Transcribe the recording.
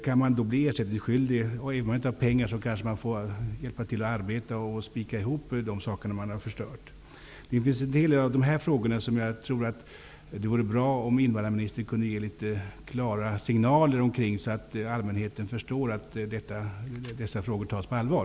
Kan flyktingen bli ersättningsskyldig? Man skulle kunna tänka sig att flyktingen, om han eller hon inte har pengar, skulle få hjälpa med arbete och spika ihop de saker som förstörts. Jag tror att det vore bra om invandrarministern kunde ge klara signaler vad gäller dessa frågor, så att allmänheten förstår att de tas på allvar.